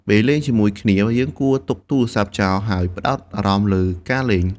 ពេលលេងជាមួយគ្នា យើងគួរទុកទូរសព្ទចោល ហើយផ្ដោតអារម្មណ៍លើការលេង។